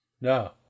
No